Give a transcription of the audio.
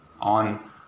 on